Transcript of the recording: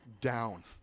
down